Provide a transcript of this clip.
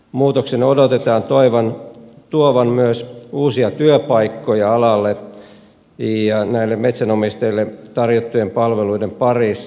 muutoksen odotetaan tuovan myös uusia työpaikkoja alalle ja näille metsänomistajille tarjottujen palveluiden parissa